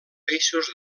peixos